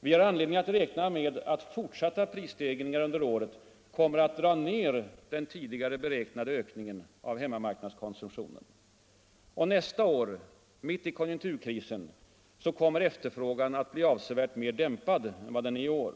Vi har anledning att räkna med att fortsatta prisstegringar under året kommer att dra ner den tidigare beräknade ökningen av hemmamarknadskonsumtionen. Nästa år — mitt i konjunkturkrisen — kommer efterfrågan att bli avsevärt mera dämpad än vad den är i år.